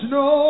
no